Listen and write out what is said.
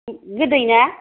गोदैना